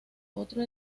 otro